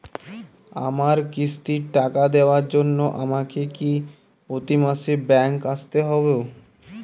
আমার কিস্তির টাকা দেওয়ার জন্য আমাকে কি প্রতি মাসে ব্যাংক আসতে হব?